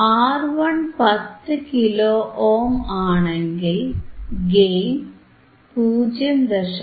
R1 10 kilo ohm ആണെങ്കിൽ gain 0